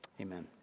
Amen